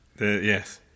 Yes